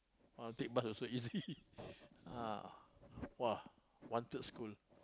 I take bus also easy ah !wah! wanted school